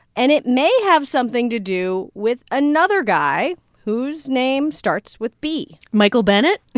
and it may have something to do with another guy whose name starts with b michael bennet?